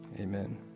amen